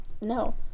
No